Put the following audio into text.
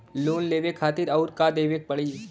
Loan लेवे खातिर अउर का देवे के पड़ी?